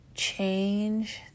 Change